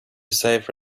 save